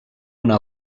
una